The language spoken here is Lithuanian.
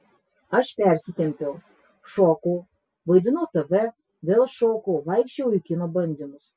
aš persitempiau šokau vaidinau tv vėl šokau vaikščiojau į kino bandymus